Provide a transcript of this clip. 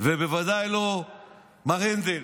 ובוודאי לא מר הנדל,